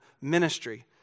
ministry